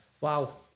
wow